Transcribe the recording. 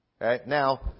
Now